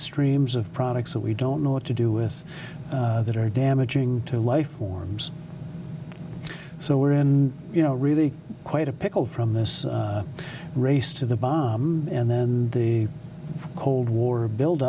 streams of products that we don't know what to do with that are damaging to life forms so we're in you know really quite a pickle from this race to the bomb and then the cold war build